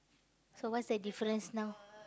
so what's that difference now